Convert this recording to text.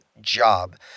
job